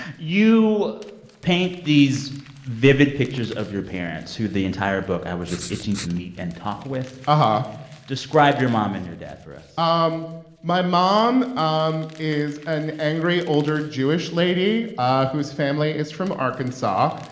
you paint these vivid pictures of your parents who, the entire book, i was just itching to meet and talk with. um ah describe your mom and your dad for us um my mom um is an angry older jewish lady ah whose family is from arkansas.